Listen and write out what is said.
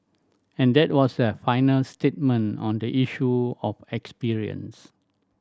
and that was their final statement on the issue of experience